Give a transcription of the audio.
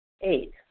Eight